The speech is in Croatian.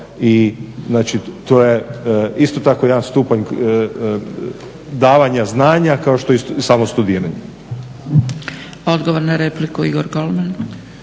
i znači to je isto tako jedan stupanj davanja znanja kao što je i samo studiranje. **Zgrebec, Dragica